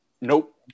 Nope